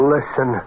Listen